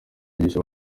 yigisha